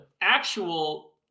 actual